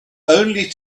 only